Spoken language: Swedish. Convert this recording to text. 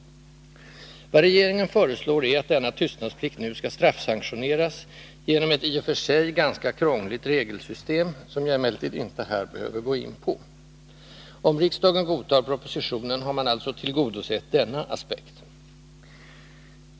Vad regeringen föreslår är att denna tystnadsplikt nu skall straffsanktioneras genom ett i och för sig ganska krångligt regelsystem, som jag emellertid inte här behöver gå in på. Om riksdagen godtar propositionen har man alltså tillgodosett denna aspekt.